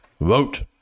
vote